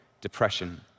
depression